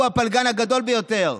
הוא הפלגן הגדול ביותר,